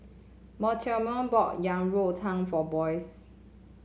Mortimer bought Yang Rou Tang for Boyce